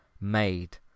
made